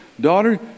Daughter